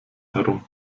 herum